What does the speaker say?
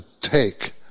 take